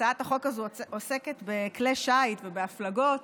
הצעת החוק הזאת עוסקת בכלי שיט ובהפלגות,